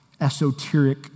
esoteric